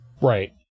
Right